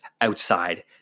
outside